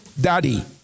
Daddy